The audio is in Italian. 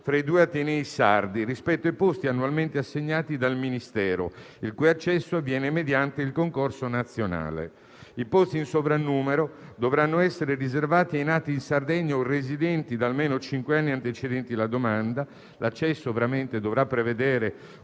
di studenti rispetto ai posti annualmente assegnati dal Ministero e il cui accesso avviene mediante il concorso nazionale. I posti in sovrannumero dovranno essere riservati ai nati in Sardegna o ai residenti da almeno cinque anni antecedenti la domanda; l'accesso ovviamente